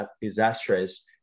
disastrous